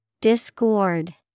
Discord